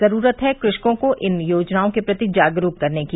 जरूरत है कृषकों को इन योजनाओं के प्रति जागरूक करने की